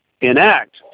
enact